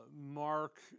Mark